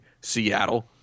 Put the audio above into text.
Seattle